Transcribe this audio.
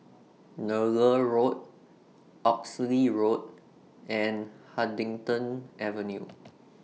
Nallur Road Oxley Road and Huddington Avenue